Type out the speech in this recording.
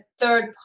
third